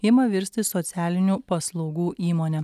ima virsti socialinių paslaugų įmone